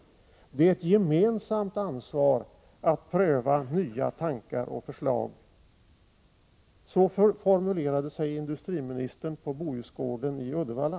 Det är ett gemensamt ansvar att pröva nya tankar och förslag ———. Så formulerade sig industriministern på Bohusgården i Uddevalla.